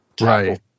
Right